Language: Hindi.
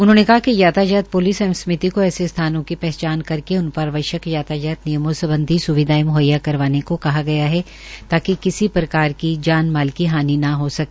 उन्होंने कहा कि यातायात प्लिस एवं कमेटी ऐसे स्थानों की पहचान करके उन पर आवश्यक यातायात नियमों संबधी सुविधाएं मुहैया करवाए ताकि किसी प्रकार की जान व माल की हानि न हो सके